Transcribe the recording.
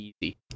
easy